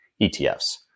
ETFs